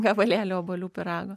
gabalėlį obuolių pyrago